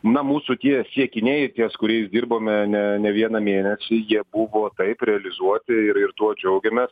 na mūsų tie siekiniai ties kuriais dirbome ne ne vieną mėnesį jie buvo taip realizuoti ir ir tuo džiaugiamės